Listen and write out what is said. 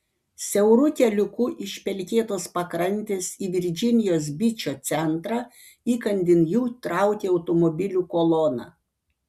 siauru keliuku iš pelkėtos pakrantės į virdžinijos bičo centrą įkandin jų traukė automobilių kolona